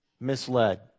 misled